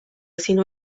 sinu